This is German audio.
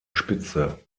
spitze